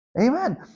Amen